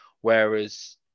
whereas